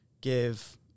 give